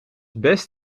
best